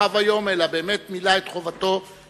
היה לא רק כוכב היום אלא באמת מילא את חובתו כלפי